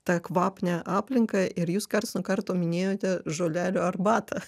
tą kvapnią aplinką ir jūs karts nuo karto minėjote žolelių arbatą